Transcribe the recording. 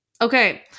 Okay